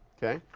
okay.